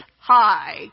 high